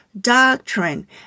doctrine